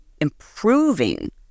improving